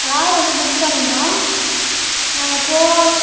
car வந்து book பண்ணிருந்தோம் நாங்கள் போ